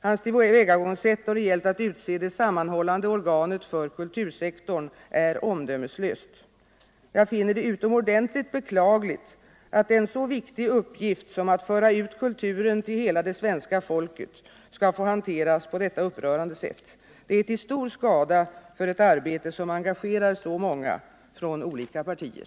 Hans tillvägagångssätt då det gällt att utse det sammanhållande organet för kultursektorn är omdömeslöst. Jag finner det utomordentligt beklagligt att en så viktig uppgift som att föra ut kulturen till hela det svenska folket skall få hanteras på detta upprörande sätt. Det är till stor skada för ett arbete som engagerar så många —- från olika partier.